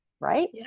right